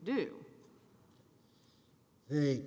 do the